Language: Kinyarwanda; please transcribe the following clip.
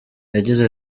yagize